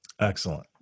Excellent